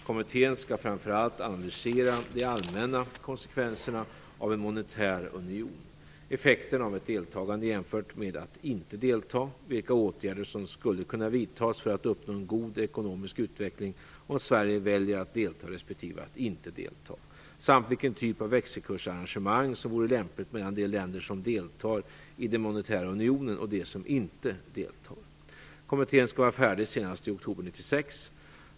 Kommittén skall framför allt analysera de allmänna konsekvenserna av en monetär union, effekterna av ett deltagande jämfört med att inte delta, vilka åtgärder som skulle kunna vidtas för att uppnå en god ekonomisk utveckling om Sverige väljer att delta respektive att inte delta samt vilken typ av växelkursarrangemang som vore lämpligt mellan de länder som deltar i den monetära unionen och de som inte deltar. Kommitténs arbete skall vara färdigt senast i oktober 1996.